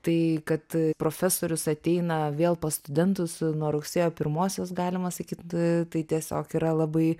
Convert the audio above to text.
tai kad profesorius ateina vėl pas studentus nuo rugsėjo pirmosios galima sakyt tai tiesiog yra labai